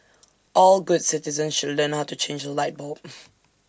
all good citizens should learn how to change A light bulb